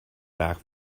back